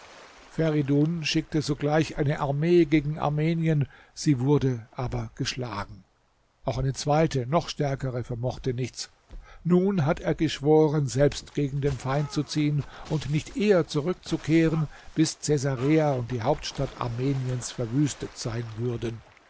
feridun schickte sogleich eine armee gegen armenien sie wurde aber geschlagen auch eine zweite noch stärkere vermochte nichts nun hat er geschworen selbst gegen den feind zu ziehen und nicht eher zurückzukehren bis cäsarea und die hauptstadt armeniens verwüstet sein würden